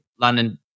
London